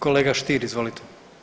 Kolega Stier, izvolite.